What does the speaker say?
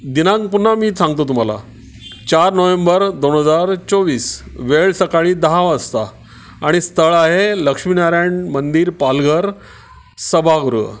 दिनांक पुन्हा मी सांगतो तुम्हाला चार नोव्हेंबर दोन हजार चोवीस वेळ सकाळी दहा वाजता आणि स्थळ आहे लक्ष्मीनारायण मंदिर पालघर सभागृह